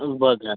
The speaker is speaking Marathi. बघा